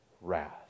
wrath